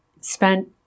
spent